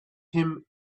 him